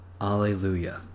Alleluia